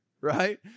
right